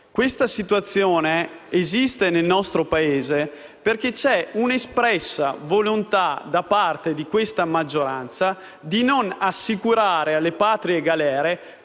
questa situazione esiste nel nostre Paese è perché c'è una espressa volontà, da parte di questa maggioranza, di non assicurare alle patrie galere